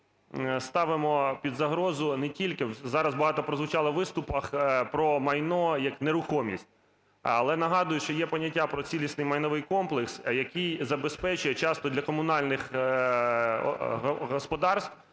Ми ставимо під загрозу не тільки… Зараз багато прозвучало у виступах про майно, нерухомість, але нагадую, що є поняття про цілісний майновий комплекс, який забезпечує часто для комунальних господарств